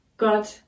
God